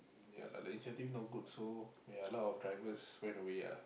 ya lah the incentive not good so ya a lot of drivers went away ah